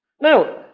Now